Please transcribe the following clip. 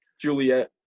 Juliet